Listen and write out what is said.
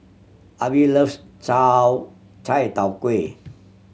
Arbie loves chow chai tow kway